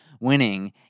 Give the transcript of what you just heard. winning